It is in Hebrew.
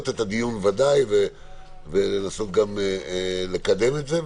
את הדיון בוודאי ולנסות לקדם את זה.